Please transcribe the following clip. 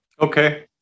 Okay